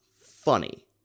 funny